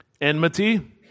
enmity